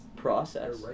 Process